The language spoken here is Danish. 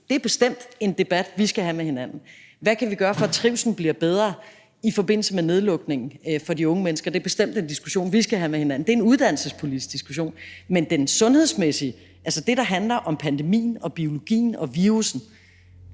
er det bestemt en debat, vi skal have med hinanden. Hvad vi kan gøre, for at trivslen bliver bedre i forbindelse med nedlukningen for de unge mennesker, er bestemt en diskussion, vi skal have med hinanden. Det er en uddannelsespolitisk diskussion. Men det sundhedsmæssige – altså det, der handler om pandemien og biologien og virussen